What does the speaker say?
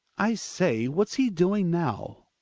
i say, what's he doing now?